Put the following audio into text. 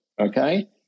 okay